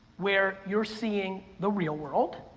where you're seeing the real world,